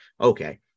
okay